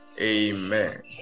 Amen